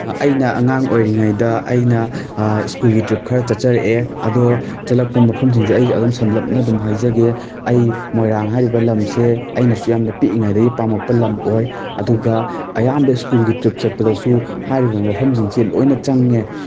ꯑꯩꯅ ꯑꯉꯥꯡ ꯑꯣꯏꯔꯤꯉꯩꯗ ꯑꯩꯅ ꯁ꯭ꯀꯨꯜꯒꯤ ꯇ꯭ꯔꯤꯞ ꯈꯔ ꯆꯠꯆꯔꯛꯑꯦ ꯑꯗꯣ ꯆꯠꯂꯛꯄ ꯃꯐꯝꯁꯤꯡꯁꯦ ꯑꯩ ꯑꯗꯨꯝ ꯁꯝꯂꯞꯅ ꯑꯗꯨꯝ ꯍꯥꯏꯖꯒꯦ ꯑꯩ ꯃꯣꯏꯔꯥꯡ ꯍꯥꯏꯔꯤꯕ ꯂꯝꯁꯦ ꯑꯩꯅꯁꯨ ꯌꯥꯝꯅ ꯄꯤꯛꯏꯉꯩꯗꯒꯤ ꯄꯥꯝꯃꯛꯄ ꯂꯝ ꯑꯣꯏ ꯑꯗꯨꯒ ꯑꯌꯥꯝꯕ ꯁ꯭ꯀꯨꯜꯒꯤ ꯇ꯭ꯔꯤꯞ ꯆꯠꯄꯗꯁꯨ ꯍꯥꯏꯔꯤꯕ ꯃꯐꯝꯁꯤꯡꯁꯦ ꯂꯣꯏꯅ ꯆꯪꯉꯦ